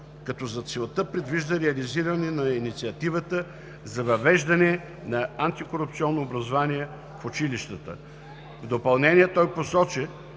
като за целта предвижда реализиране на инициативата за въвеждане на антикорупционно образование в училищата. В допълнение той посочи,